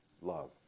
love